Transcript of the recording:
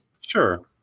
Sure